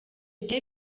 gihe